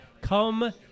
Come